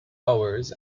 hours